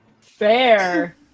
Fair